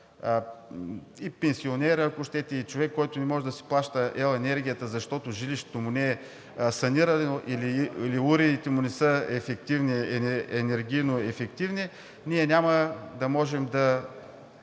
пенсионер, ако искате, и човек, който не може да си плаща ел. енергията, защото жилището му не е санирано или уредите му не са енергийноефективни, ние няма да можем да